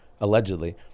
allegedly